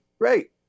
Great